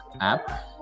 app